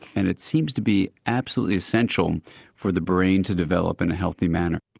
and it seems to be absolutely essential for the brain to develop in a healthy manner.